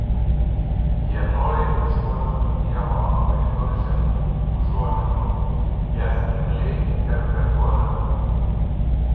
jie noriai ieškodavo dievo apvaizdos ženklų užuominų jas imliai interpretuodavo